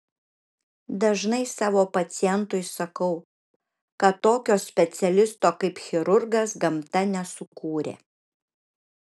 dažnai savo pacientui sakau kad tokio specialisto kaip chirurgas gamta nesukūrė